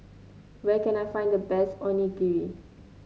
where can I find the best Onigiri